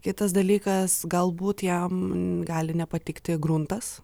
kitas dalykas galbūt jam gali nepatikti gruntas